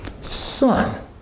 Son